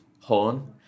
horn